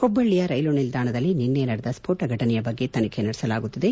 ಹುಬ್ಬಳ್ಳಿಯ ರೈಲು ನಿಲ್ದಾಣದಲ್ಲಿ ನಿನ್ನೆ ನಡೆದ ಸ್ಫೋಟ ಘಟನೆಯ ಬಗ್ಗೆ ತನಿಖೆ ನಡೆಸಲಾಗುತ್ತಿದೆ